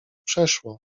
przeszło